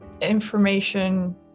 information